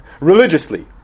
religiously